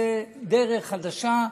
זו דרך חדשה,